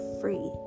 free